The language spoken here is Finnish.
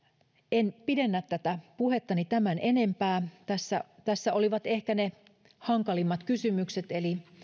en pidennä tätä puhettani tämän enempää tässä tässä olivat ehkä ne hankalimmat kysymykset eli